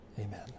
Amen